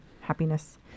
happiness